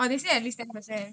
tamil